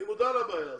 אני מודע לבעיה הזאת.